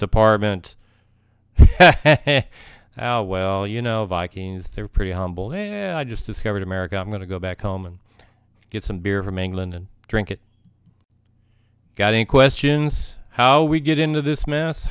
department now well you know vikings they're pretty humble there i just discovered america i'm going to go back home and get some beer from england and drink it getting questions how we get into this mess